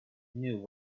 knew